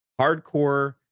hardcore